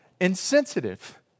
Insensitive